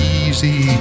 easy